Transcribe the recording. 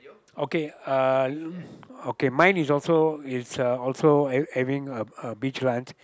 okay uh okay mine is also is a also have having a a beach lunch